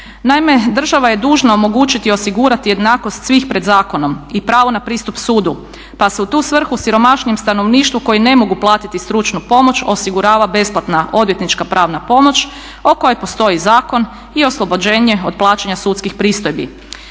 Naime, država je dužna omogućiti i osigurati jednakost svih pred zakonom i pravo na pristup sudu pa se u tu svrhu siromašnijem stanovništvu koji ne mogu platiti stručnu pomoć osigurava besplatna odvjetnička pravna pomoć o kojoj postoji zakon i oslobođenje od plaćanja sudskih pristojbi.